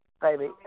baby